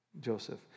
Joseph